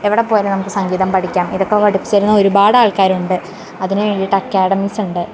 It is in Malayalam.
എവിടെ പോയാലും നമുക്ക് സംഗീതം പഠിക്കാം ഇതൊക്കെ പഠിപ്പിച്ചു തരുന്ന ഒരുപാട് ആൾക്കാരുണ്ട് അതിന് വേണ്ടിട്ട് അക്കാഡമിസ് ഉണ്ട്